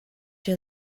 you